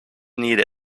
need